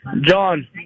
John